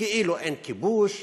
כאילו אין כיבוש.